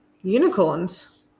unicorns